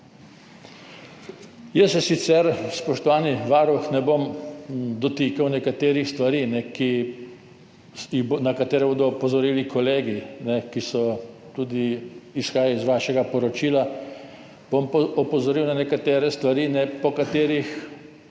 Jaz se sicer, spoštovani varuh, ne bom dotikal nekaterih stvari, na katere bodo opozorili kolegi, ki tudi izhajajo iz vašega poročila, bom pa opozoril na nekatere stvari, po katerih